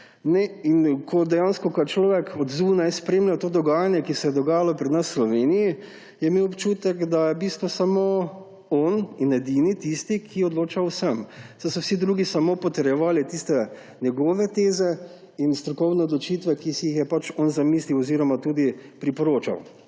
Ko je človek od zunaj spremljal to dogajanje, ki se je dogajalo pri nas v Sloveniji, je imel občutek, da je v bistvu samo on in edini tisti, ki odloča o vsem, saj so vsi drugi samo potrjevali tiste njegove teze in strokovne odločitve, ki si jih je on zamislil oziroma tudi priporočal.